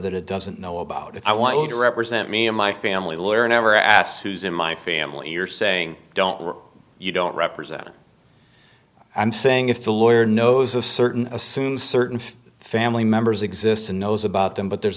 that it doesn't know about i want you to represent me and my family lawyer never asked who's in my family you're saying don't you don't represent i'm saying if the lawyer knows a certain assumes certain family members exist and knows about them but there's